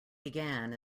began